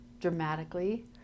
dramatically